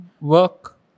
work